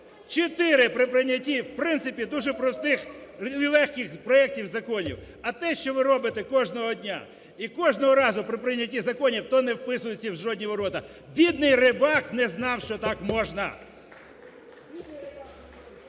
Чотири при прийнятті в принципі дуже простих… легких проектів законів. А те, що ви робите кожного дня і кожного разу при прийнятті законів, то не вписується в жодні ворота. Бідний Рибак не знав, що так можна…